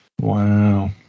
Wow